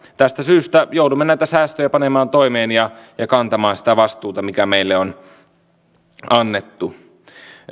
tästä syystä joudumme näitä säästöjä panemaan toimeen ja ja kantamaan sitä vastuuta mikä meille on annettu